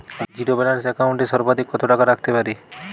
Zero balance account এ সর্বাধিক কত টাকা রাখতে পারি?